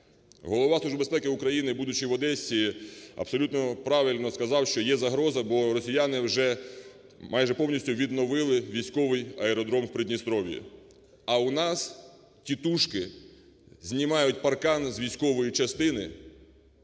України, будучи в Одесі, абсолютно правильно сказав, що є загроза, бо росіяни вже майже повністю відновили військовий аеродром в Придністров'ї. А у нас "тітушки" знімають паркани з військової частини,